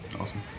Awesome